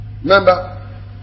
Remember